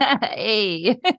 Hey